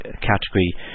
category